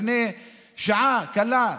לפני שעה קלה,